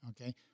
okay